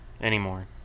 anymore